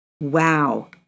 Wow